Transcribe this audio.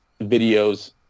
videos